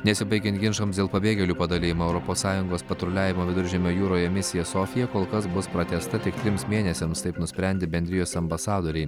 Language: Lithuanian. nesibaigiant ginčams dėl pabėgėlių padalijimo europos sąjungos patruliavimo viduržemio jūroje misija sofija kol kas bus pratęsta tik trims mėnesiams taip nusprendė bendrijos ambasadoriai